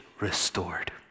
restored